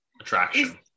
attraction